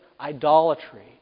idolatry